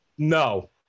No